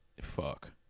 Fuck